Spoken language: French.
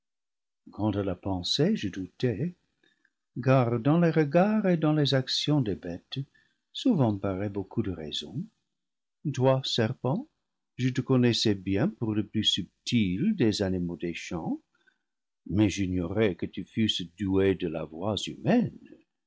à la pensée je doutais car dans les regards et dans les actions des bêtes souvent paraît beaucoup de raison toi serpent je te connaissais bien pour le plus subtil des animaux des champs mais j'ignorais que tu fusses doué de la voix humaine